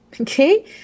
okay